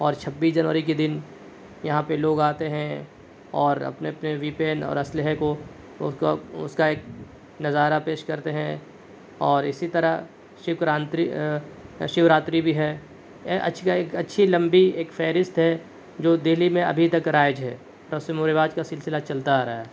اور چھبیس جنوری کے دن یہاں پہ لوگ آتے ہیں اور اپنے اپنے ویپن اور اسلحے کو اس کا ایک نظارہ پیش کرتے ہیں اور اسی طرح شیو راتری بھی ہے اچھی خاصی اچھی لمبی ایک فہرست ہے جو دہلی میں ابھی تک رائج ہے رسم و رواج کا سلسلہ چلتا آ رہا ہے